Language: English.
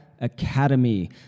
Academy